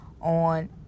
on